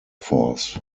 force